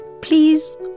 Please